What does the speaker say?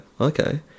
Okay